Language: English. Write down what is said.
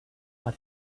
but